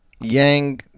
Yang